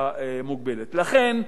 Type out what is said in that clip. לכן,